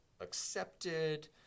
accepted